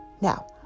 Now